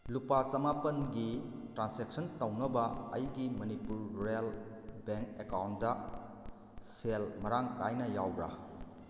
ꯂꯨꯄꯥ ꯆꯃꯥꯄꯟꯜꯒꯤ ꯇ꯭ꯔꯥꯟꯁꯦꯟꯁꯟ ꯇꯧꯅꯕ ꯑꯩꯒꯤ ꯃꯅꯤꯄꯨꯔ ꯔꯨꯋꯦꯜ ꯕꯦꯡ ꯑꯦꯀꯥꯎꯟꯗ ꯁꯦꯜ ꯃꯔꯥꯡ ꯀꯥꯏꯅ ꯌꯥꯎꯕ꯭ꯔꯥ